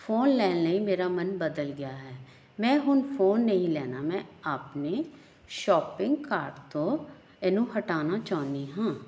phone ਲੈਣ ਲਈ ਮੇਰਾ ਮਨ ਬਦਲ ਗਿਆ ਹੈ ਮੈਂ ਹੁਣ ਫੋਨ ਨਹੀਂ ਲੈਣਾ ਮੈਂ ਆਪਣੇ ਸ਼ੋਪਿੰਗ ਕਾਰਡ ਤੋਂ ਇਹਨੂੰ ਹਟਾਉਣਾ ਚਾਹੁੰਦੀ ਹਾਂ